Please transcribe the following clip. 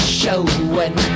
showing